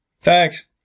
Thanks